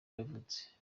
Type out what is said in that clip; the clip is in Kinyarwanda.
yavutse